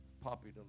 Poppy